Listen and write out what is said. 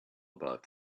about